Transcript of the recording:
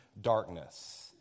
darkness